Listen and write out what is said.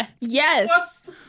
Yes